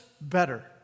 better